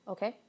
Okay